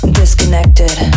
disconnected